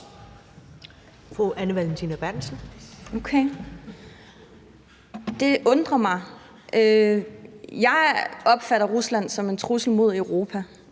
det undrer mig. Jeg opfatter Rusland som en trussel mod Europa,